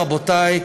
רבותי,